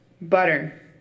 Butter